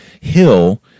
Hill